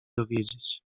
dowiedzieć